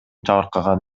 жабыркаган